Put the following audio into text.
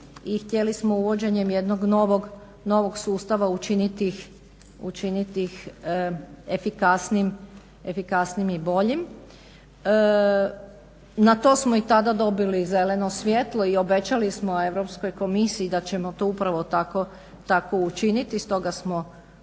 htjeli smo uvođenjem jednog novog sustava učiniti ih efikasnijim i boljim. Na to smo i tada dobili zeleno svjetlo i obećali smo Europskoj komisiji da ćemo to upravo tako učiniti. Stoga smo zatvorili